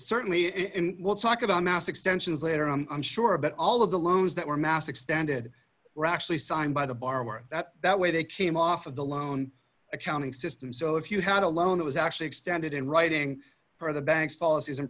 certainly we'll talk about mass extensions later on i'm sure but all of the loans that were mass extended were actually signed by the borrower that that way they came off of the loan accounting system so if you had a loan it was actually extended in writing for the bank's policies